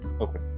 Okay